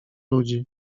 ludzi